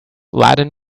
laden